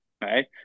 right